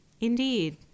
Indeed